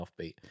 offbeat